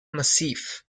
massif